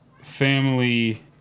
Family